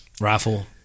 rifle